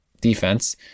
defense